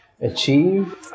achieve